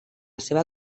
seva